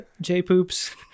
J-poops